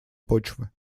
почвы